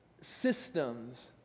systems